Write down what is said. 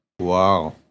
Wow